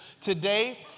Today